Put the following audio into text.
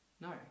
No